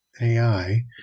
AI